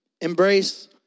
embrace